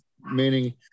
meaning